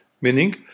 Meaning